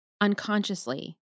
unconsciously